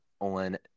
on